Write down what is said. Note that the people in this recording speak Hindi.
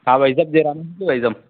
हाँ भाई साहब जय राम जी की भाई साहब